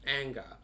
anger